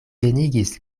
venigis